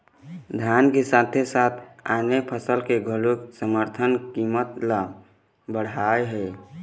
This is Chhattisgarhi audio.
धान के साथे साथे आने फसल के घलोक समरथन कीमत ल बड़हाए हे